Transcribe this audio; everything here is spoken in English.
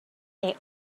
they